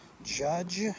judge